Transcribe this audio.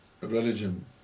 religion